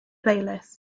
playlist